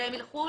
זהות הנותן,